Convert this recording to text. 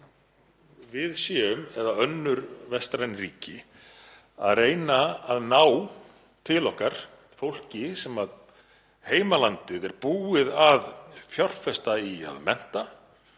við séum, eða önnur vestræn ríki, að reyna að ná til okkar fólki sem heimalandið er búið að fjárfesta í að mennta,